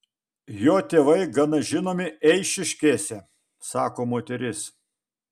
jo tėvai gana žinomi eišiškėse sako moteris